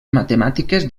matemàtiques